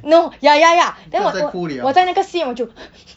no ya ya ya then 我我我在那个戏院我就